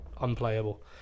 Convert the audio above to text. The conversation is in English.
unplayable